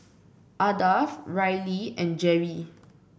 Ardath Riley and Jere